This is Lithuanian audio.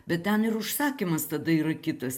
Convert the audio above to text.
bet ten ir užsakymas tada yra kitas